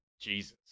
Jesus